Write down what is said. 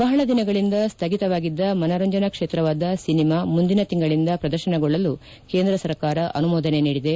ಬಹಳ ದಿನಗಳಿಂದ ಸ್ಥಗಿತವಾಗಿದ್ದ ಮನರಂಜನಾ ಕ್ಷೇತ್ರವಾದ ಸಿನಿಮಾ ಮುಂದಿನ ತಿಂಗಳಿಂದ ಪ್ರದರ್ಶನಗೊಳ್ಳಲು ಕೇಂದ ಸರ್ಕಾರ ಅನುಮೋದನೆ ನೀಡಿದೆ